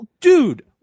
dude